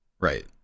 Right